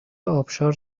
آبشار